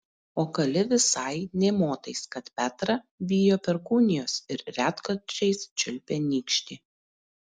o kali visai nė motais kad petra bijo perkūnijos ir retkarčiais čiulpia nykštį